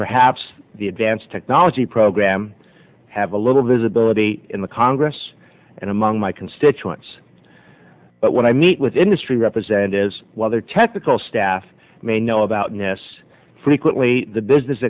perhaps the advanced technology program have a little visibility in the congress and among my constituents when i meet with industry representatives while their technical staff may know about us frequently the business